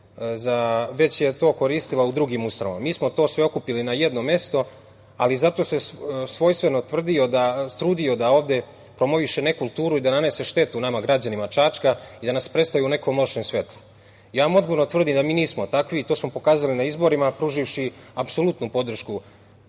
već je to koristila u drugim ustanovama. Mi smo to sve okupili na jednom mesto, ali zato se svojstveno trudio da ovde promoviše nekulturu i da nanese štetu nama građanima Čačka i da nas predstavi u nekom lošem svetlu. Ja vam odgovorno tvrdim da mi nismo takvi, i to smo pokazali na izborima, pruživši apsolutnu podršku